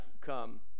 come